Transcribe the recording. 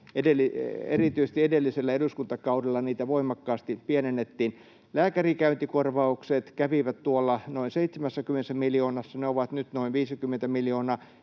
Erityisesti edellisellä eduskuntakaudella niitä voimakkaasti pienennettiin. Lääkärikäyntikorvaukset kävivät noin 70 miljoonassa, ja ne ovat nyt noin 50 miljoonaa.